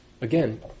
Again